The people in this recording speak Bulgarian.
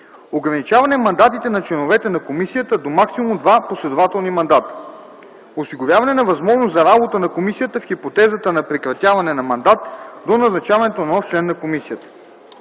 ограничаване мандатите на членовете на комисията до максимум два последователни мандата; - осигуряване на възможност за работа на комисията в хипотезата на прекратяване на мандат до назначаването на нов член на комисията;